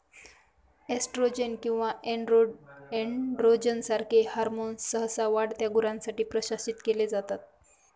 oestrogen किंवा androgen सारखे hormones सहसा वाढत्या गुरांसाठी प्रशासित केले जातात